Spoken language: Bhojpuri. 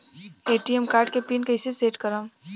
ए.टी.एम कार्ड के पिन कैसे सेट करम?